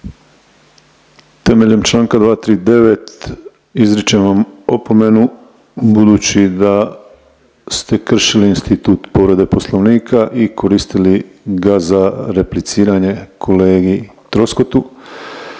Temeljem članka 239. izričem vam opomenu budući da ste kršili institut povrede Poslovnika i koristili ga za repliciranje kolegi Troskotu.